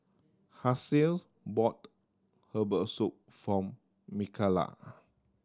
Halsey bought herbal soup for Mikalah